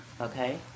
okay